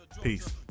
Peace